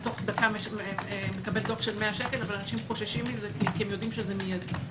תוך דקה מקבל דוח של 100 שקל ואנשים חוששים מזה כי הם יודעים שזה מידי.